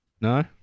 No